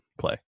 play